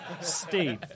Steve